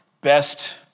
best